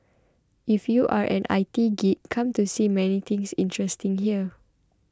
if you are an I T geek come to see many things interesting here